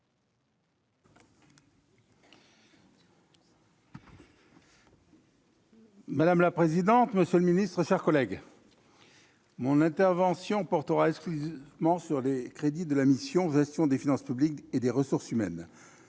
Madame la présidente, monsieur le secrétaire d'État, mes chers collègues, mon intervention portera exclusivement sur les crédits de la mission « Gestion des finances publiques et des ressources humaines